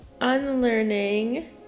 unlearning